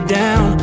down